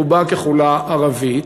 רובה ככולה ערבית,